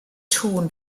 torn